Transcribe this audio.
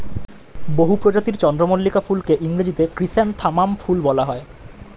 বহু প্রজাতির চন্দ্রমল্লিকা ফুলকে ইংরেজিতে ক্রিস্যান্থামাম ফুল বলা হয়